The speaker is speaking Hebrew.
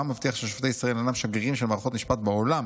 מה מבטיח ששופטי ישראל אינם שגרירים של מערכות משפט בעולם